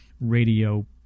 radio